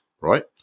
right